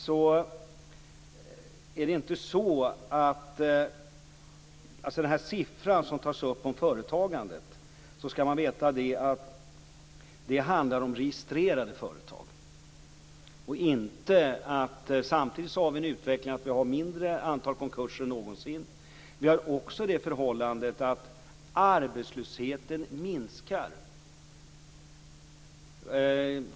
Man skall veta att den siffra som nämns gäller registrerade företag. Samtidigt har vi ett mindre antal konkurser än någonsin. Dessutom minskar arbetslösheten.